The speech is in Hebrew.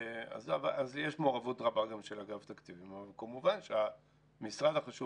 אז יש מעורבות רבה גם של אגף תקציבים אבל כמובן שהמשרד החשוב